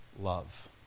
Love